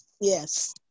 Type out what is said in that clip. Yes